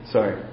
Sorry